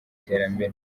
terambere